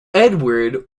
edwards